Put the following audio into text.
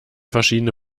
verschiedene